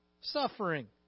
suffering